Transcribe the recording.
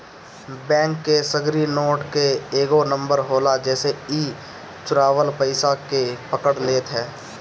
bank के सगरी note के एगो नंबर होला जेसे इ चुरावल पईसा के पकड़ लेत हअ